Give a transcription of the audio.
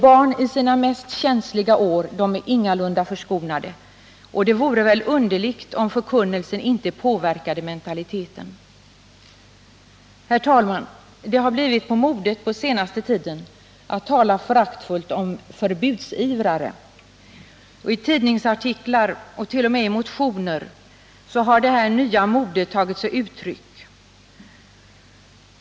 Barn i sina mest känsliga år är ingalunda förskonade. Det vore väl underligt om förkunnelsen inte påverkade mentaliteten. Herr talman! Det har blivit på modet på senaste tiden att tala föraktfullt om förbudsivrare. I tidningsartiklar och t.o.m. i motioner har detta nya mode tagit sig uttryck.